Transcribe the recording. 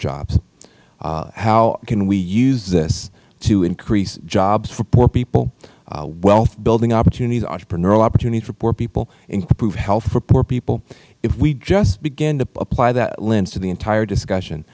jobs how can we use this to increase jobs for poor people wealth building opportunities entrepreneurial opportunities for poor people improve health for poor people if we just begin to apply that lens to the entire discussion